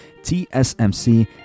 TSMC